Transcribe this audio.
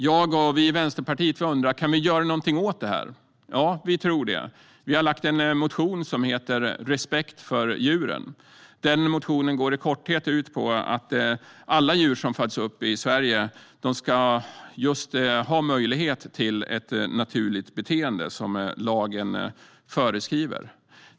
Jag och vi i Vänsterpartiet undrar: Kan vi göra något åt detta? Ja, vi tror det. Vi har väckt en motion som heter Respekt för djuren . Den motionen går i korthet ut på att alla djur som föds upp i Sverige ska ha möjlighet till ett naturligt beteende, som lagen föreskriver.